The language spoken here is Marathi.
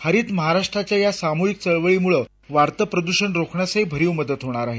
हरित महाराष्ट्राच्या या सामूहिक चळवळीमुळं वाढतं प्रद्षण रोखण्यासाठी भरीव मदत होणार आहे